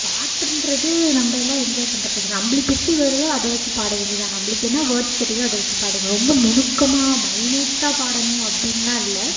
பாட்டுன்றது நம்ம எல்லாம் என்ஜாய் பண்ணுறத்துக்கு நம்மளுக்கு எப்படி வருதோ அதை வெச்சு பாட வேண்டியது தான் நம்மளுக்கு என்ன வோர்ட்ஸ் தெரியுதோ அதை வெச்சு பாடுங்கள் ரொம்ப நுணுக்கமாக மைன்யூட்டாக பாடணும் அப்படின்னுலாம் இல்லை